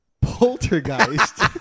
poltergeist